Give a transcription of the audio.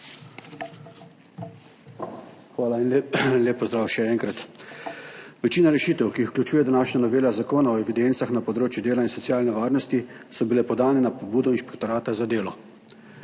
Hvala in lep pozdrav še enkrat. Večina rešitev, ki jih vključuje današnja novela Zakona o evidencah na področju dela in socialne varnosti, je bila podana na pobudo Inšpektorata za delo.